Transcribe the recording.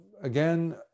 again